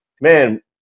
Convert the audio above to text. man